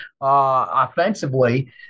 offensively